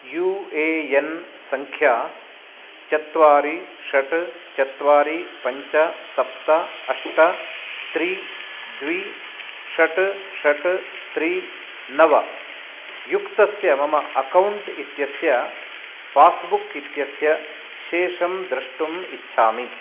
you A N सङ्ख्या चत्वारि षट् चत्वारि पञ्च सप्त अष्ट त्रीणि द्वे षट् षट् त्रीणि नव युक्तस्य मम आकौण्ट् इत्यस्य पासबुक् इत्यस्य शेषं द्रष्टुम् इच्छामि